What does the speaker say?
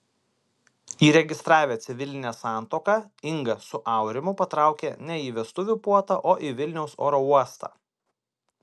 įregistravę civilinę santuoką inga su aurimu patraukė ne į vestuvių puotą o į vilniaus oro uostą